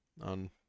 on